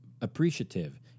appreciative